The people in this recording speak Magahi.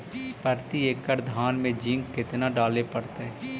प्रती एकड़ धान मे जिंक कतना डाले पड़ताई?